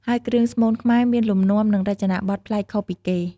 ហើយគ្រឿងស្មូនខ្មែរមានលំនាំ និងរចនាបថប្លែកខុសពីគេ។